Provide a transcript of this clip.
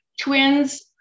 twins